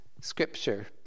Scripture